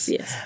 Yes